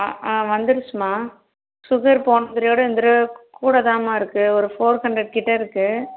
ஆ ஆ வந்துருச்சுமா சுகர் போனதடவையோட இந்த தடவ கூட தான்மா இருக்கு ஒரு ஃபோர் ஹண்ட்ரெட் கிட்ட இருக்கு